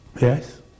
Yes